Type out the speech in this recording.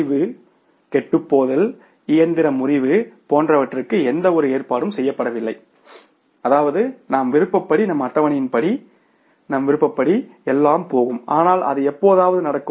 கழிவு கெட்டுப்போதல் இயந்திர முறிவு போன்றவற்றுக்கு எந்தவொரு ஏற்பாடும் செய்யப்படவில்லை அதாவது நாம் விருப்பப்படி நம் அட்டவணையின்படி நம் விருப்பப்படி எல்லாம் போகும் ஆனால் அது எப்போதாவது நடக்கும்